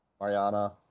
Mariana